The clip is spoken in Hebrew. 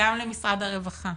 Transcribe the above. גם למשרד הרווחה,